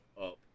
up